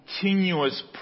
continuous